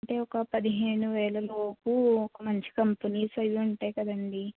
అంటే ఒక పదిహేనువేలలో మంచి కంపెనీస్ అవి ఉంటాయి కదండి